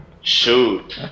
shoot